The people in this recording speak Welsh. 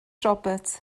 roberts